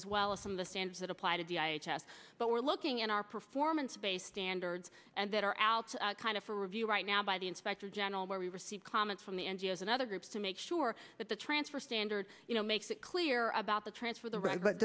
well as some of the standards that apply to d i s but we're looking in our performance based dander dd's and that are out kind of for review right now by the inspector general where we receive comments from the n g o s and other groups to make sure that the transfer standard you know makes it clear about the transfer the right but